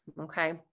okay